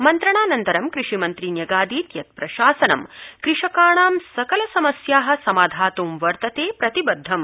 मन्त्रणानन्तरं कृषिमंत्री न्यगादीत् यत् प्रशासनं कृषकाणां सकल समस्या समाधात् वर्तते प्रतिबद्वम्